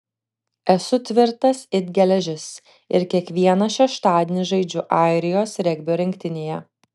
esu tvirtas it geležis ir kiekvieną šeštadienį žaidžiu airijos regbio rinktinėje